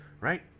Right